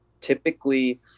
typically